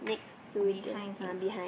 behind him ah